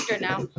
now